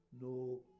no